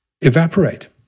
evaporate